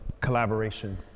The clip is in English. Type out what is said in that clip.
collaboration